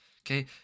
okay